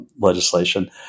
legislation